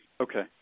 Okay